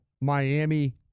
Miami